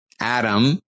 Adam